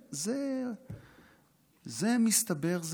זה מסתבר?